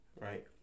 right